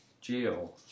Jail